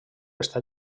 està